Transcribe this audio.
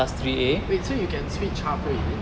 wait so you can switch halfway is it